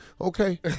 Okay